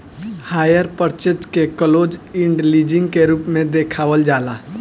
hire purchase के close end leasing के रूप में देखावल जाला